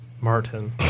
Martin